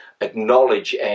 acknowledge